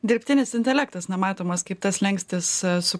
dirbtinis intelektas na matomas kaip tas slenkstis su